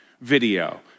video